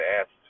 asked